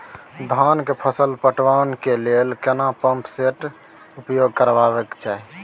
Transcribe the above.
धान के फसल पटवन के लेल केना पंप सेट उपयोग करबाक चाही?